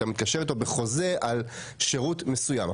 אתה מתקשר איתו בחוזה על שירות מסוים.